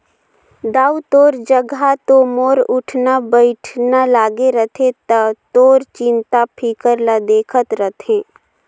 दाऊ तोर जघा तो मोर उठना बइठना लागे रथे त तोर चिंता फिकर ल देखत रथें